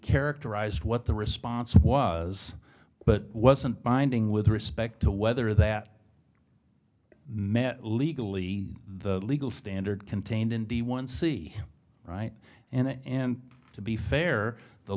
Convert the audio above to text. characterized what the response was but wasn't binding with respect to whether that met legally the legal standard contained in d one c right and to be fair the